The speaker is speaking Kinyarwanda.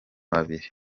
babiri